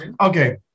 Okay